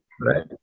right